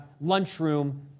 lunchroom